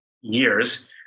years